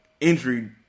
injury